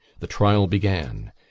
the trial began.